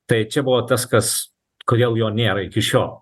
tai čia buvo tas kas kodėl jo nėra iki šiol